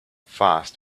fast